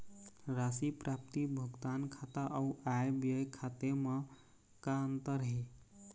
राशि प्राप्ति भुगतान खाता अऊ आय व्यय खाते म का अंतर हे?